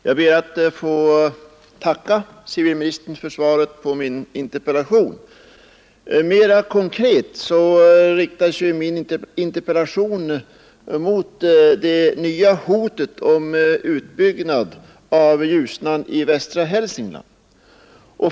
Herr talman! Jag ber att få tacka civilministern för svaret på min interpellation. Mera konkret riktar sig ju min interpellation mot det nya hotet om utbyggnad av Ljusnan i västra Hälsingland.